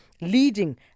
leading